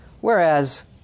whereas